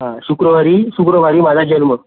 हा शुक्रवारी शुक्रवारी माझा जन्म